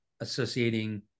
associating